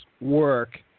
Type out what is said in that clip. work